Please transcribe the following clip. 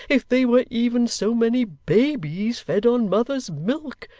if they were even so many babies, fed on mother's milk,